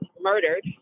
murdered